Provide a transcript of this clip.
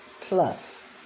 plus